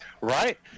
right